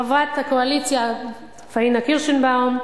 חברת הקואליציה פאינה קירשנבאום,